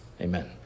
Amen